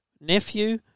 nephew